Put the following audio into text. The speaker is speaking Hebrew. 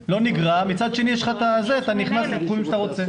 לא נגרע, מצד שני אתה נכנס לתחומים שאתה רוצה.